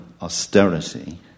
austerity